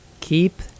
keep